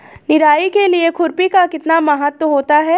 निराई के लिए खुरपी का कितना महत्व होता है?